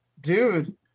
dude